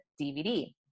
DVD